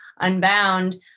Unbound